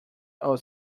all